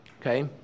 okay